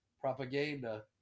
Propaganda